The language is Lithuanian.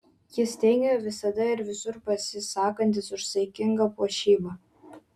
jis teigia visada ir visur pasisakantis už saikingą puošybą